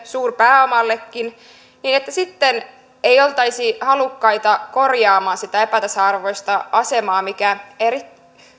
suurpääomaankin niin sitten ei oltaisi halukkaita korjaamaan sitä epätasa arvoista asemaa mikä eri